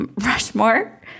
Rushmore